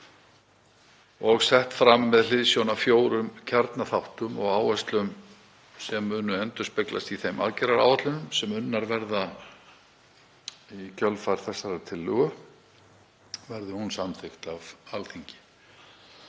er sett fram með hliðsjón af fjórum kjarnaþáttum og áherslum sem munu endurspeglast í þeim aðgerðaáætlunum sem unnar verða í kjölfar þessarar tillögu verði hún samþykkt af Alþingi.